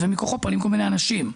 ומכוחו כל מיני אנשים פונים.